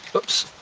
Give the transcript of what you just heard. oops,